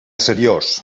seriós